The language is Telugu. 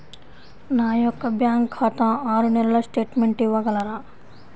నా యొక్క బ్యాంకు ఖాతా ఆరు నెలల స్టేట్మెంట్ ఇవ్వగలరా?